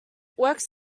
works